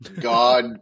God